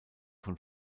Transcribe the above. von